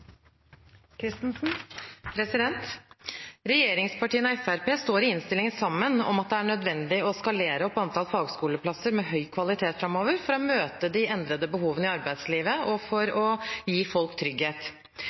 nødvendig å skalere opp antall fagskoleplasser med høy kvalitet framover for å møte de endrede behovene i arbeidslivet og gi folk trygghet.